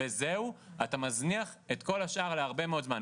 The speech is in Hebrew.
וזהו, אתה מזניח את כל השאר להרבה מאוד זמן.